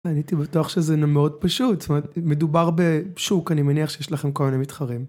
אני הייתי בטוח שזה מאוד פשוט, זאת אומרת מדובר בשוק, אני מניח שיש לכם כל מיני מתחרים.